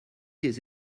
des